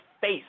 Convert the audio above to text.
face